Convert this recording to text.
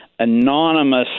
Anonymous